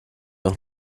noch